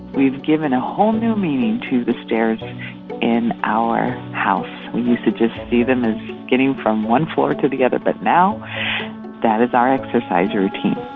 we've given a whole new meaning to the stairs in our house. we used to just see them as getting from one floor to the other, but now that is our exercise routine